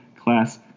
class